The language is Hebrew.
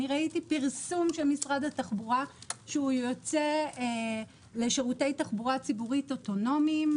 ראיתי פרסום של משרד התחבורה שיוצא לשירותי תחבורה ציבורית אוטונומיים,